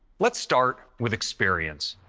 let's start with experience.